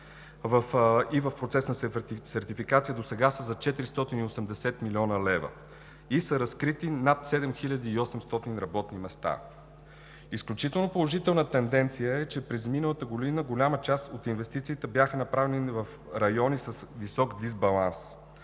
или в процес на сертификация, е за над 480 млн. лв. Разкрити са над 7800 работни места. Изключително положителна тенденция е, че през миналата година голяма част от инвестициите бяха направени в райони с висок дисбаланс